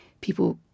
people